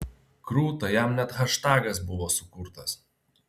krūta jam net haštagas buvo sukurtas